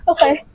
Okay